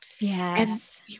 Yes